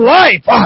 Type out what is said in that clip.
life